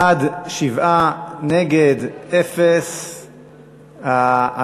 בעד, 7, נגד, אין, נמנעים, אין.